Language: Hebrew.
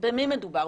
במי מדובר?